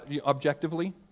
objectively